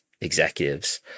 executives